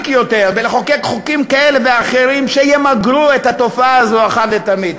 יותר ולחוקק חוקים כאלה ואחרים שימגרו את התופעה הזו אחת ולתמיד.